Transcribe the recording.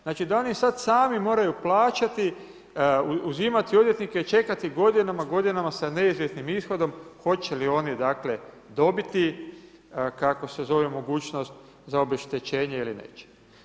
Znači da oni sad sami moraju plaćati, uzimati odvjetnike i čekati godinama, godinama sa neizvjesnim ishodom hoće li oni dobiti mogućnost za obeštećenje ili neće.